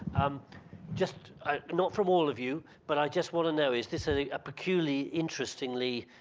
i'm just not from all of you but i just want to know, is this a peculiarly interestingly,